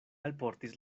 alportis